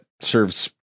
serves